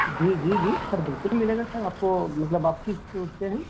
جی جی جی سر بالکل ملے گا سر آپ کو مطلب آپ کس اس سے ہیں